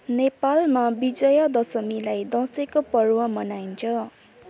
नेपालमा विजय दशमीलाई दसैँको पर्व मनाइन्छ